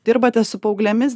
dirbate su paauglėmis